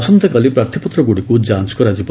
ଆସନ୍ତାକାଲି ପ୍ରାର୍ଥୀପତ୍ରଗୁଡ଼ିକୁ ଯାଞ୍ଚ କରାଯିବ